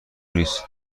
نیست